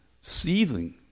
seething